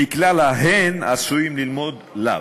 מכלל ההן עשויים ללמוד לאו,